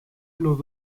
los